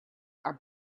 are